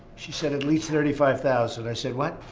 she said, at least thirty five thousand. i said, what,